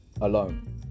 alone